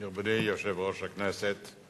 מכובדי יושב-ראש הכנסת,